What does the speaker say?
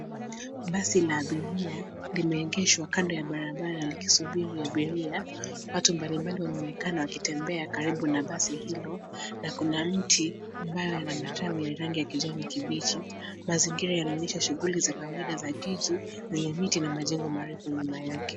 Basi la abiria limeegeshwa kando ya barabara likisubiri abiria. Watu mbalimbali wanaoneakana wakitembea karibu na basi hilo na kuna mti ambayo una matawi ya rangi ya kijani kibichi. Mazingira yanaonyesha shughuli za kawaida za jiji zenye miti na majengo marefu nyuma yake.